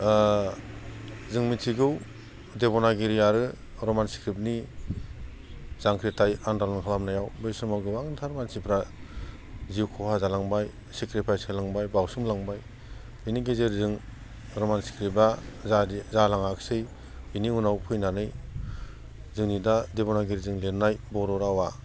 जों मिनथिगौ देबनागिरि आरो रमान स्क्रिप्टनि जांख्रिथाय आन्दा'लन खालामनायाव बै समाव गोबांथार मानसिफ्रा जिउ खहा जालांबाय सेख्रिफायस होलांबाय बावसोम लांबाय बेनि गेजेरजों रमान स्क्रिप्टआ जादि जालाङाखिसै बेनि उनाव फैनानै जोंनि दा देबनागिरिजों लिरनाय बर' रावा